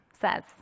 says